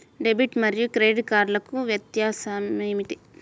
Debit మరియు credit కార్డ్లకు వ్యత్యాసమేమిటీ?